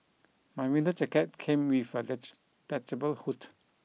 my winter jacket came with a detachable hood